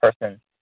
person